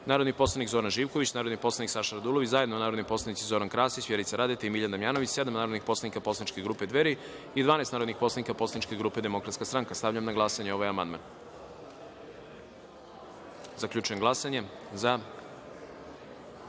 narodni poslanik Zoran Živković, narodni poslanik Saša Radulović, zajedno narodni poslanici Zoran Krasić, Vjerica Radeta i Marko Milenković, sedam narodnih poslanik poslaničke grupe Dveri i 12 narodnih poslanika poslaničke grupe Demokratska stranka. Stavljam na glasanje ovaj amandman. Zaključujem glasanje i